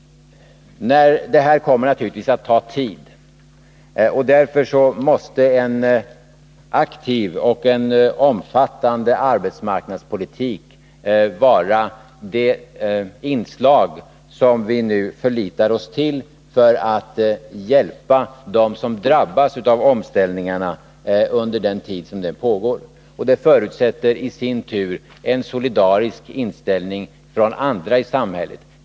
Detta kommer naturligtvis att ta tid, och därför måste en aktiv och omfattande arbetsmarknadspolitik vara det inslag som vi nu förlitar oss till för att hjälpa dem som drabbas av omställningarna under den tid som de pågår. Det förutsätter i sin tur en solidarisk inställning hos andra i samhället.